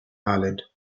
ireland